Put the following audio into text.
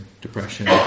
depression